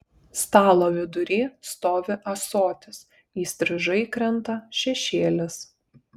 stalo vidury stovi ąsotis įstrižai krenta šešėlis